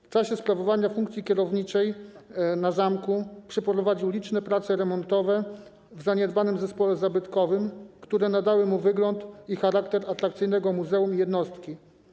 W czasie sprawowania funkcji kierowniczej na zamku przeprowadził liczne prace remontowe w zaniedbanym zespole zabytkowym, które nadały mu wygląda i charakter atrakcyjnego muzeum i jednostki.